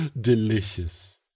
Delicious